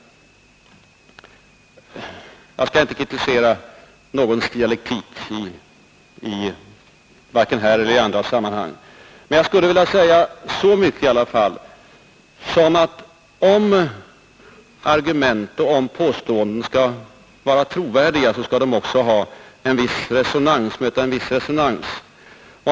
Jag skall inte kritisera någons dialektik vare sig här eller i andra sammanhang, herr Palme, men jag skulle i alla fall vilja säga så mycket: Om argument och påståenden skall vara trovärdiga, skall de också möta en viss resonans.